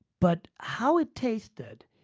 but how it tasted?